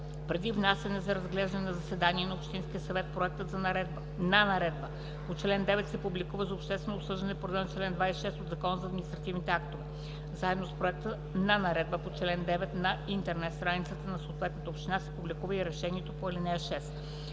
Преди внасяне за разглеждане на заседание на общинския съвет, проектът на наредба по чл. 9 се публикува за обществено обсъждане по реда на чл. 26 от Закона за нормативните актове. Заедно с проекта на наредба по чл. 9 на интернет страницата на съответната община се публикува и решението по ал. 6.